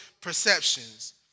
perceptions